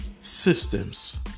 Systems